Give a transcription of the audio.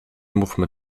mówmy